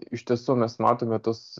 iš tiesų mes matome tuos